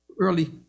early